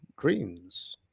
dreams